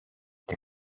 και